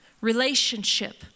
relationship